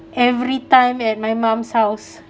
every time at my mom's house